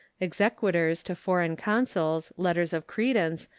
exequaturs to foreign consuls, letters of credence,